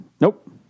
Nope